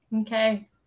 Okay